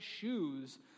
shoes